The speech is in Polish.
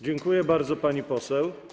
Dziękuję bardzo, pani poseł.